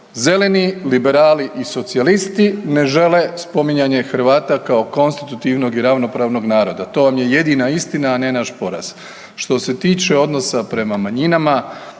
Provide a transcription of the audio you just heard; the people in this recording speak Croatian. zeleni liberali i socijalisti ne žele spominjanje Hrvata kao konstitutivnog i ravnopravnog naroda. To vam je jedina istina, a ne naš poraz. Što se tiče odnosa prema manjinama,